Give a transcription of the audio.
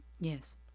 Yes